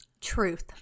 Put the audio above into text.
truth